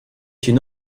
une